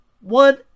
one